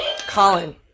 Colin